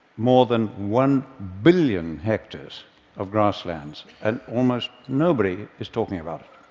more than one billion hectares of grasslands, and almost nobody is talking about it.